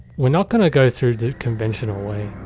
we're not gonna go through the conventional way.